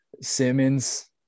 Simmons